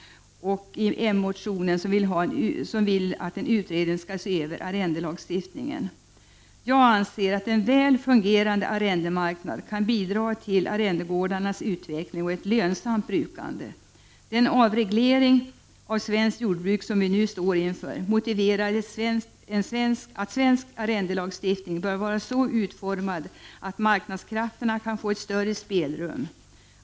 Av moderatmotionen framgår att man vill att en utredning skall se över arrendelagstiftningen. Jag anser att en väl fungerande arrendemarknad kan bidra till arrendegårdarnas utveckling och ett lönsamt brukande. Den avreglering av svenskt jordbruk som vi nu står inför motiverar att svensk arrendelagstiftning bör vara så utformad att marknadskrafterna kan få ett större spelrum.